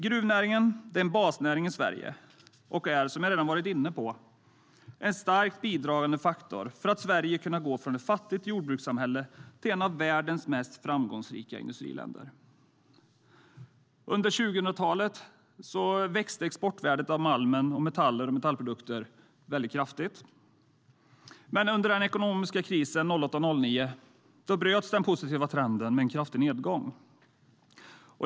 Gruvnäringen är en basnäring i Sverige och, som jag redan varit inne på, en starkt bidragande faktor till att Sverige kunnat gå från ett fattigt jordbrukssamhälle till ett av världens mest framgångsrika industriländer. Under 2000-talet växte exportvärdet av malm, metall och metallprodukter kraftigt. Men under den ekonomiska krisen 2008-09 bröts den positiva trenden av en kraftig nedgång.